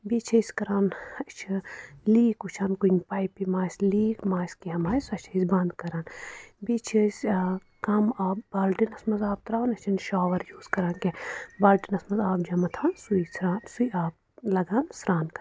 بیٚیہِ چھِ أسۍ کَران أسۍ چھِ لیٖک وُچھان کُنہِ پایپہِ ما آسہِ لیٖک ما آسہِ کیٚنٛہہ ما آسہِ سۅ چھِ أسۍ بَنٛد کَران بیٚیہِ چھِ أسۍ کَم آبہٕ بالٹیٖنَس منٛز آب تَرٛاوان أسی چھِنہٕ شاوَر یوٗز کَران کیٚنٛہہ بالٹیٖنَس منٛز آب جَمع تھاوان سُے ژھُنان سُے آب لاگان سرٛان کَرنَس